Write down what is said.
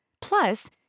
Plus